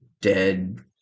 dead